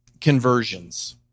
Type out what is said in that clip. conversions